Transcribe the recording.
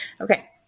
Okay